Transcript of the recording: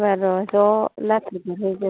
एबाराव ज' नाथुर गुरहैगोन